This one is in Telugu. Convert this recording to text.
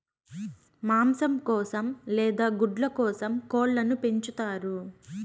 మాంసం కోసం లేదా గుడ్ల కోసం కోళ్ళను పెంచుతారు